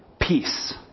peace